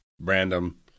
random